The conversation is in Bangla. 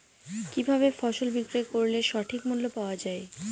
কি ভাবে ফসল বিক্রয় করলে সঠিক মূল্য পাওয়া য়ায়?